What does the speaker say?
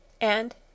And